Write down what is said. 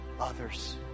others